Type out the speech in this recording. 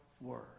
Word